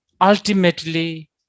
ultimately